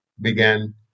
began